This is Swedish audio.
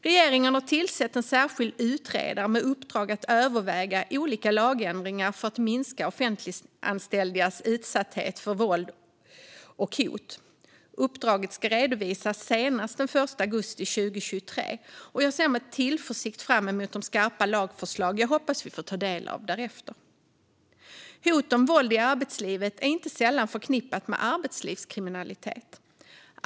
Regeringen har tillsatt en särskild utredare med uppdrag att överväga olika lagändringar för att minska offentliganställdas utsatthet för våld och hot. Uppdraget ska redovisas senast den 1 augusti 2023, och jag ser med tillförsikt fram emot de skarpa lagförslag jag hoppas att vi får ta del av därefter. Hot om våld i arbetslivet är inte sällan förknippat med arbetslivskriminalitet.